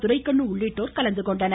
துரைக்கண்ணு உள்ளிட்டடோர் கலந்துகொண்டனர்